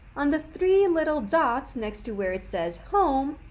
on the three and little dots next to where it says home,